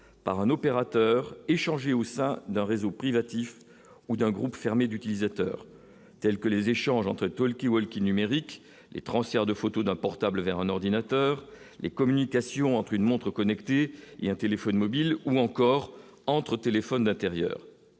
par un opérateur au sein d'un réseau privatif ou d'un groupe fermé d'utilisateurs, tels que les. L'échange entre l'talkie-walkie numérique, les transferts de photos d'un portable vers un ordinateur les communications entre une montre connectée et un téléphone mobile ou encore entre Tél d'intérieur,